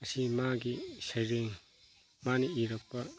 ꯑꯁꯤ ꯃꯥꯒꯤ ꯁꯩꯔꯦꯡ ꯃꯥꯅ ꯏꯔꯛꯄ